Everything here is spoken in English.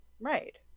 Right